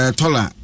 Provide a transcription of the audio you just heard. tola